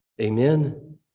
Amen